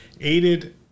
aided